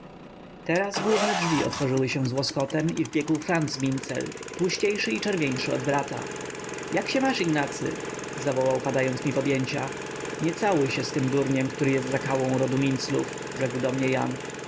teraz główne drzwi otworzyły się z łoskotem i wbiegł franc mincel tłuściejszy i czerwieńszy od brata jak się masz ignacy zawołał padając mi w objęcia nie całuj się z tym durniem który jest zakałą rodu minclów rzekł do mnie jan